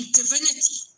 divinity